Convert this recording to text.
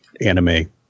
anime